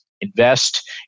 invest